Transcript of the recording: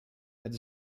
het